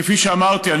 כפי שאמרתי,